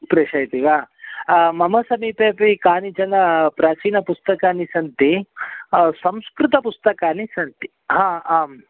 प्रेषयति वा मम समीपेऽपि कानिचन प्राचीनपुस्तकानि सन्ति संस्कृतपुस्तकानि सन्ति ह आम्